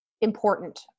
important